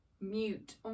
mute